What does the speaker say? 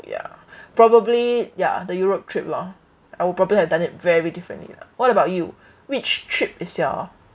ya probably ya the europe trip loh I will probably have done it very differently lah what about you which trip is your